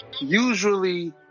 Usually